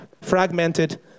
fragmented